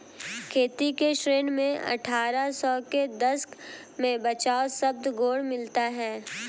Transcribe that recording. खेती के क्षेत्र में अट्ठारह सौ के दशक में बचाव शब्द गौण मिलता है